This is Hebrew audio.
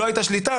לא הייתה שליטה,